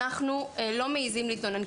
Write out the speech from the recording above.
אנחנו לא תמיד מעיזים להתלונן.